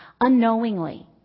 unknowingly